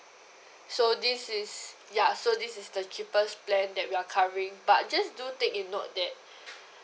so this is ya so this is the cheapest plan that we are covering but just do take note that